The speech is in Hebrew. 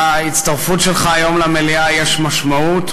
להצטרפות שלך היום למליאה יש משמעות,